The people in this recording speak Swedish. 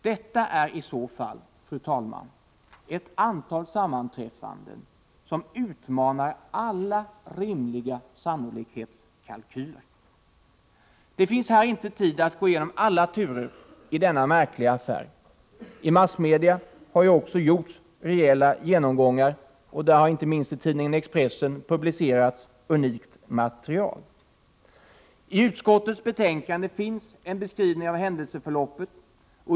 Det är i så fall, fru talman, ett antal sammanträffanden som utmanar alla rimliga sannolikhetskalkyler. Det finns här inte tid att gå igenom alla turer i denna märkliga affär. I massmedia har också gjorts rejäla genomgångar. Inte minst i tidningen Expressen har presenterats ett unikt material. I utskottets betänkande finns en beskrivning av händelseförloppet.